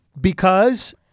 Because-